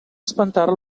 espantar